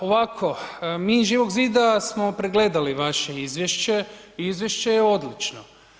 Ovako, mi iz Živog zida smo pregledali vaše izvješće i izvješće je odlično.